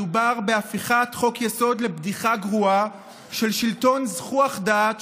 מדובר בהפיכת חוק-יסוד לבדיחה גרועה של שלטון זחוח דעת,